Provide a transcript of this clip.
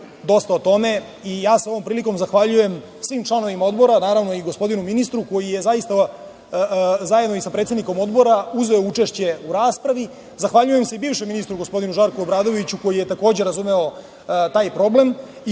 dosta o tome i ja se ovom prilikom zahvaljujem svim članovima odbora, naravno i gospodinu ministru koji je zajedno sa predsednikom odbora uzeo učešće u raspravi. Zahvaljujem se i bivšem ministru, gospodinu Žarku Obradoviću koji je takođe razumeo taj problem